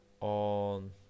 On